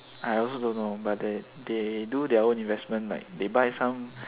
I also don't know but they they do their own investment like they buy some